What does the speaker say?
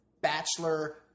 bachelor